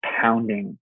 pounding